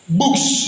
books